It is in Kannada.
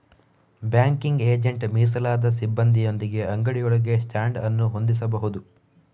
ಬ್ಯಾಂಕಿಂಗ್ ಏಜೆಂಟ್ ಮೀಸಲಾದ ಸಿಬ್ಬಂದಿಯೊಂದಿಗೆ ಅಂಗಡಿಯೊಳಗೆ ಸ್ಟ್ಯಾಂಡ್ ಅನ್ನು ಹೊಂದಿಸಬಹುದು